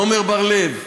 עמר בר-לב,